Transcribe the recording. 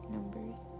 Numbers